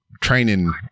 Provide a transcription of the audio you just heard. training